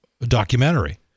documentary